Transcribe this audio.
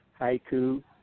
Haiku